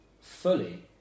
fully